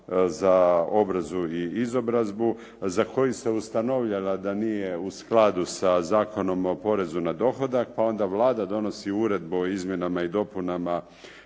za obrazu i izobrazbu za koji se ustanovljala da nije u skladu sa Zakonom o porezu na dohodak pa onda Vlada donosi uredbu o izmjenama i dopunama